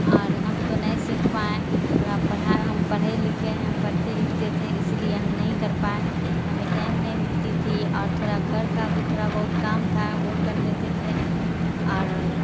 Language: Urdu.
اور ہم تو نہیں سیکھ پائیں تھوڑا پڑھا ہم پڑھے لکھے ہیں پڑھتے لکھتے تھے اس لیے ہم نہیں کر پائیں ہمیں ٹائم نہیں ملتی تھی اور تھوڑا گھر کا بھی تھوڑا بہت کام تھا وہ کر لیتے تھے اور